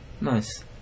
Nice